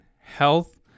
health